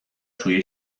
czuje